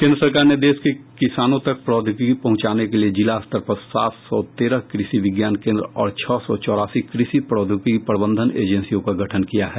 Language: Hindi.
केंद्र सरकार ने देश के किसानों तक प्रौद्योगिकी पहुंचाने के लिए जिला स्तर पर सात सौ तेरह कृषि विज्ञान केंद्र और छह सौ चौरासी कृषि प्रौद्योगिकी प्रबंधन एजेंसियों का गठन किया है